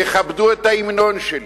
יכבדו את ההמנון שלי,